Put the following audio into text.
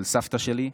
של סבתא שלי,